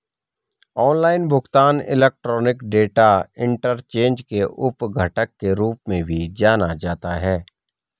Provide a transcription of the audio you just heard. online भुगतान electronic data interchange के उप घटक के रूप में भी जाना जाता है